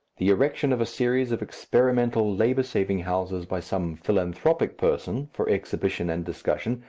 the erection of a series of experimental labour-saving houses by some philanthropic person, for exhibition and discussion,